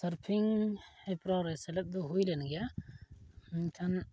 surfing ᱦᱮᱯᱨᱟᱣᱨᱮ ᱥᱮᱞᱮᱫ ᱫᱚ ᱦᱩᱭᱞᱮᱱ ᱜᱮᱭᱟ ᱮᱱᱠᱷᱟᱱ